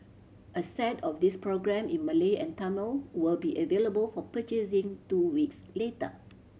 a set of these programmes in Malay and Tamil will be available for purchasing two weeks later